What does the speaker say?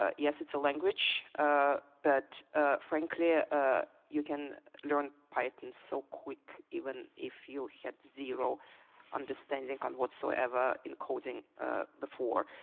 ah yes it's a language ah but ah frankly ah ah you can learn python so quick even if you had zero understanding on whatsoever in coding before.